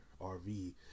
RV